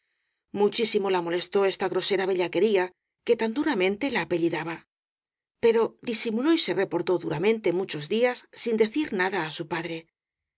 muchísimo la molestó esta grosera bellaquería que tan dura mente la apellidaba pero disimuló y se reportó du rante muchos días sin decir nada á su padre